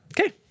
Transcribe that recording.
Okay